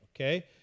Okay